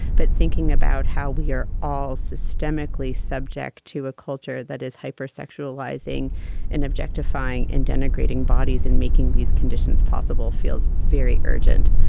but thinking about how we're all systemically subject to a culture that is hyper sexualizing and objectifying and denigrating bodies and making these conditions possible feels very urgent.